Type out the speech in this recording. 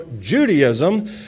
Judaism